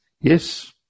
Yes